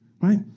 right